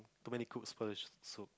too many cooks for this soup